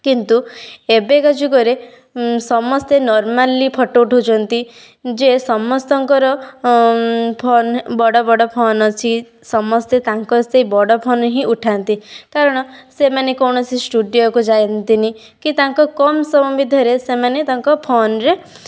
କିନ୍ତୁ ଏବେକା ଯୁଗରେ ସମସ୍ତେ ନର୍ମାଲି ଫଟୋ ଉଠଉଛନ୍ତି ଯେ ସମସ୍ତଙ୍କର ଫୋନ ବଡ଼ ବଡ଼ ଫୋନ ଅଛି ସମସ୍ତେ ତାଙ୍କ ସେଇ ବଡ଼ ଫୋନ ହିଁ ଉଠାନ୍ତି କାରଣ ସେମାନେ କୌଣସି ଷ୍ଟୁଡ଼ିଓ କୁ ଯାଆନ୍ତିନି କି ତାଙ୍କ କମ୍ ସମୟ ଭିତରେ ସେମାନେ ତାଙ୍କ ଫୋନରେ